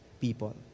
people